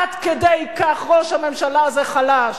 עד כדי כך ראש הממשלה הזה חלש: